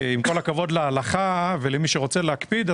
עם כל הכבוד להלכה ולמי שרוצה להקפיד,